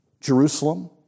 Jerusalem